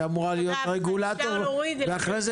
הרשות שאמורה להיות רגולטור ואחרי זה